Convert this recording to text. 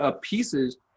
pieces